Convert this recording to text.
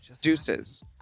deuces